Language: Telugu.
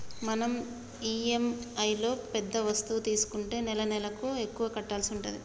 మనం ఇఎమ్ఐలో పెద్ద వస్తువు తీసుకుంటే నెలనెలకు ఎక్కువ కట్టాల్సి ఉంటది